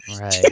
Right